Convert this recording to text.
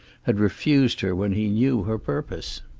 had refused her when he knew her purpose.